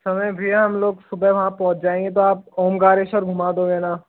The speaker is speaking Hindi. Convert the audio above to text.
समय भैया हम लोग सुबह वहाँ पहुँच जायेंगे तो आप ओंकारेश्वर घुमा दोगे ना